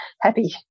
happy